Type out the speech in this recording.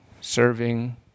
serving